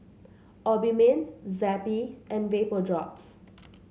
Obimin Zappy and Vapodrops